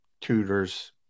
tutors